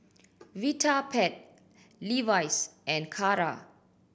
Vitapet Levi's and Kara